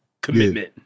commitment